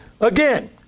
Again